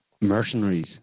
mercenaries